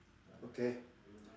okay